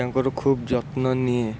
ତାଙ୍କର ଖୁବ୍ ଯତ୍ନ ନିଏ